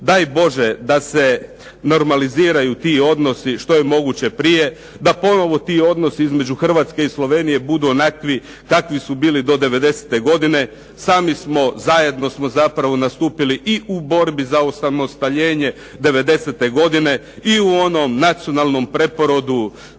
Daj Bože da se normaliziraju ti odnosi što je moguće prije. Da ponovno ti odnosi između Hrvatske i Slovenije budu onakvi kakvi su bili do '90. godine. Sami smo, zajedno smo zapravo nastupili i u borbi za osamostaljenje '90. godine i u onom nacionalnom preporodu